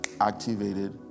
activated